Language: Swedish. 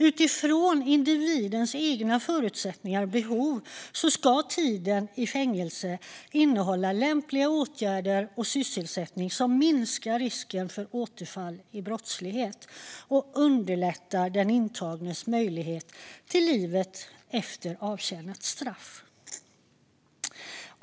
Utifrån individens egna förutsättningar och behov ska tiden i fängelse innehålla lämpliga åtgärder och sysselsättning som minskar risken för återfall i brottslighet och underlättar den intagnes möjligheter i livet efter avtjänat straff.